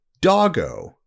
Doggo